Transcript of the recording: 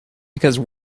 because